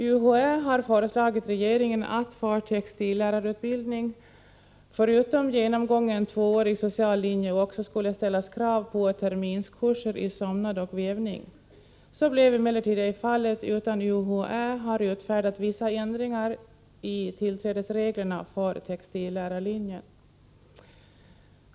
UHÄ har föreslagit regeringen att det för textillärarutbildning, förutom genomgången 2-årig social linje, skulle ställas krav också på terminskurser i sömnad och vävning. Så blev emellertid inte fallet, utan UHÄ har utfärdat vissa ändringar i tillträdesreglerna för textillärarlinjen.